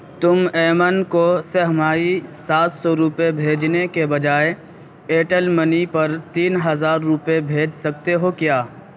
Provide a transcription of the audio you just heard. تم ایمن کو سہ ماہی سات سو روپئے بھیجنے کے بجائے ائیرٹیل منی پر تین ہزار روپئے بھیج سکتے ہو کیا